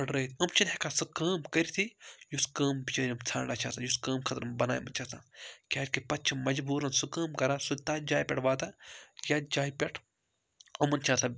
پھُٹرٲوِتھ یِم چھِنہٕ ہٮ۪کان سُہ کٲم کٔرِتھٕے یُس کٲم بِچٲرۍ یِم ژھانڈان چھِ آسان یُس کٲم خٲطرٕ یِم بَناومٕژ چھِ آسان کیٛازِکہِ پَتہٕ چھِ مجبوٗرَن سُہ کٲم کَران سُہ تَتھ جایہِ پٮ۪ٹھ واتان یَتھ جایہِ پٮ۪ٹھ یِمَن چھِ آسان